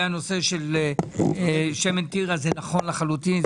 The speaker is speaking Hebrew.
הנושא של שמן תירס הוא נכון לחלוטין.